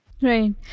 Right